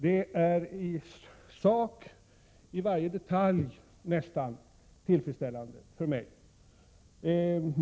Det är i sak i varje detalj, nästan, tillfredsställande för mig.